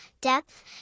depth